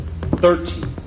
thirteen